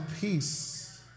peace